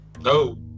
no